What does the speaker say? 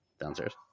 downstairs